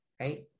right